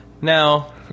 Now